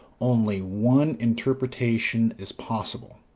only one interpretation is possible,